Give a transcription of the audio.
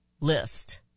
list